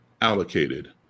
allocated